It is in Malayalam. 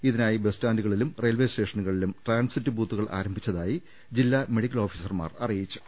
ഇതിനായി ബസ്റ്റാന്റുകളിലും റെയിൽവേ സ്റ്റേഷനുകളിലും ട്രാൻസിറ്റ് ബൂത്തുകൾ ആരംഭിച്ച തായി ജില്ലാ മെഡിക്കൽ ഓഫീസർമാർ അറിയിച്ചു